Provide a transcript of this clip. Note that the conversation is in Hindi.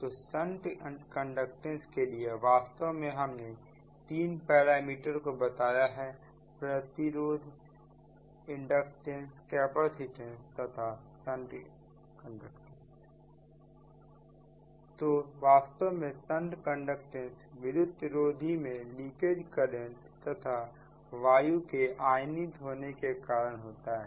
तो संट कंडक्टेंस के लिए वास्तव में हमने तीन पैरामीटर को बताया है प्रतिरोध इंडक्टेंसकैपेसिटेंस तथा संट कंडक्टेंस तो वास्तव में संट कंडक्टेंस विद्युत रोधी में लीकेज करंट तथा वायु के आयनित होने के कारण होता है